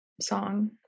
song